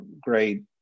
great